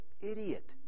idiot